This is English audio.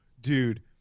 dude